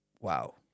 wow